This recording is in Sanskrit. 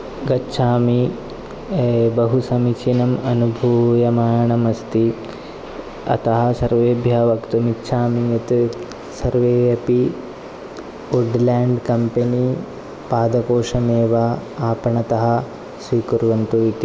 गच्छामि बहु समीचीनम् अनुभूयमानमस्ति अतः सर्वेभ्यः वक्तुमिच्छामि यत् सर्वे अपि वुड्लेन्ड् कम्पनि पादकोशमेव आपणतः स्वीकुर्वन्तु इति